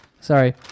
Sorry